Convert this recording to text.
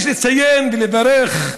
יש לציין ולברך,